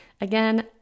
Again